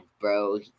bro